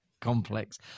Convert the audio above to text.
complex